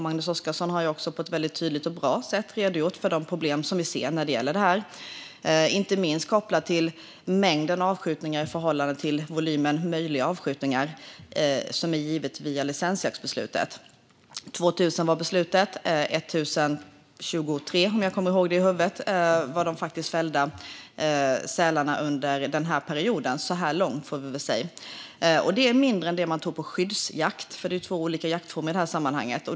Magnus Oscarsson har också på ett väldigt tydligt och bra sätt redogjort för de problem vi ser när det gäller detta, inte minst kopplat till mängden avskjutningar i förhållande till volymen möjliga avskjutningar enligt licensjaktbeslutet. Beslutet gällde 2 000 avskjutningar, och antalet fällda sälar så här långt under perioden var 1 023, om jag kommer ihåg rätt. Detta är mindre än det antal man tog genom skyddsjakt; det är ju två olika jaktformer i detta sammanhang.